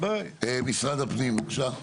משרד הפנים, בבקשה.